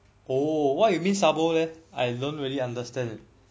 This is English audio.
oh what you mean sabo leh I don't really understand